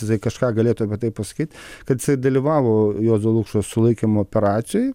jisai kažką galėtų apie tai pasakyt kad jisai dalyvavo juozo lukšos sulaikymo operacijoj